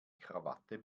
krawatte